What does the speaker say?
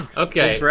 ah okay.